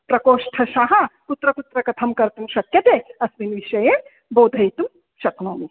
प्रकोष्ठशः कुत्र कुत्र कथं कर्तुं शक्यते अस्मिन् विषये बोधयितुं शक्नोमि